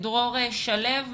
בגמר השלב הראשון עשיתי חושבים,